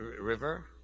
river